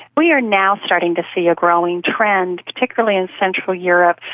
we are now starting to see a growing trend, particularly in central europe,